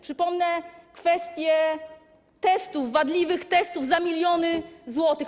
Przypomnę kwestię testów - wadliwych testów za miliony złotych.